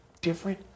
different